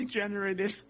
generated